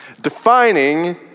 defining